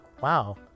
wow